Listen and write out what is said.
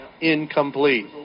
Incomplete